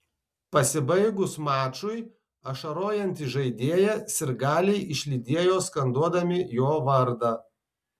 pasibaigus mačui ašarojantį žaidėją sirgaliai išlydėjo skanduodami jo vardą